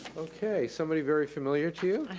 okay, somebody very familiar to you,